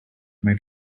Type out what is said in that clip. might